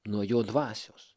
nuo jo dvasios